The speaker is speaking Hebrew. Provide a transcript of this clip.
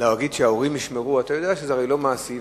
ולהגיד שההורים ישמרו, אתה יודע שזה לא מעשי.